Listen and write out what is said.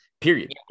period